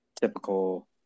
typical